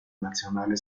nazionale